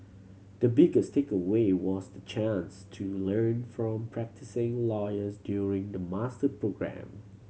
the biggest takeaway was the chance to learn from practising lawyers during the master programme